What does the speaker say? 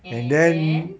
and then